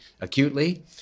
acutely